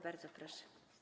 Bardzo proszę.